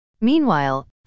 Meanwhile